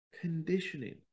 Conditioning